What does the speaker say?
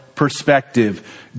perspective